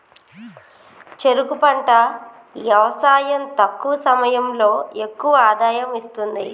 చెరుకు పంట యవసాయం తక్కువ సమయంలో ఎక్కువ ఆదాయం ఇస్తుంది